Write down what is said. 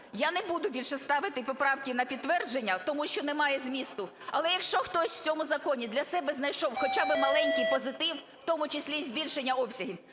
Я не буду більше ставити поправки на підтвердження, тому що немає змісту. Але якщо хтось в цьому законі для себе знайшов, хоча би маленький позитив, в тому числі і збільшення обсягів,